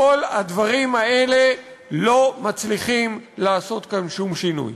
כל הדברים האלה לא מצליחים לעשות כאן שום שינוי.